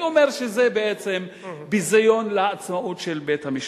אני אומר שזה בעצם ביזיון לעצמאות של בית-המשפט.